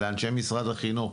לאנשי משרד החינוך,